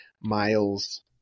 miles